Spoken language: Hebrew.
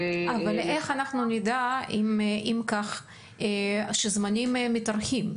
אבל איך אנחנו נדע אם כך שהזמנים מתארכים?